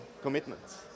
commitments